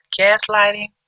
gaslighting